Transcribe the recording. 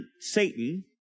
Satan